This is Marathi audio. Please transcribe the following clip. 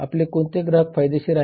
आपले कोणते ग्राहक फायदेशीर आहेत